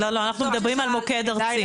אנחנו מדברים על מוקד ארצי